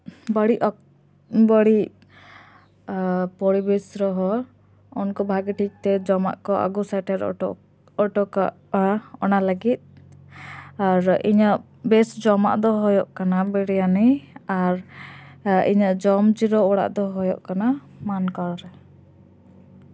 ᱵᱟᱹᱲᱤᱡ ᱚᱠᱛᱚ ᱵᱟᱹᱲᱤᱡ ᱮᱸ ᱯᱚᱨᱤᱵᱮᱥ ᱨᱮᱦᱚᱸ ᱩᱱᱠᱩ ᱵᱷᱟᱹᱜᱤ ᱴᱷᱤᱠᱛᱮ ᱡᱚᱢᱟᱜ ᱠᱚ ᱟᱹᱜᱩ ᱥᱮᱴᱮᱨ ᱚᱴᱚᱠ ᱠᱟᱜᱼᱟ ᱚᱱᱟ ᱞᱟᱹᱜᱤᱫ ᱟᱨ ᱤᱧᱟᱹᱜ ᱵᱮᱥ ᱡᱚᱟᱜ ᱫᱚ ᱦᱩᱭᱩᱜ ᱠᱟᱱᱟ ᱵᱤᱨᱤᱭᱟᱱᱤ ᱟᱨ ᱤᱧᱟᱹᱜ ᱡᱚᱢ ᱡᱤᱨᱟᱹᱣ ᱚᱲᱟᱜ ᱫᱚ ᱦᱩᱭᱩᱜ ᱠᱟᱱᱟ ᱢᱟᱱᱠᱚᱲ